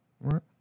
right